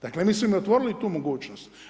Dakle, mi smo im otvorili tu mogućnost.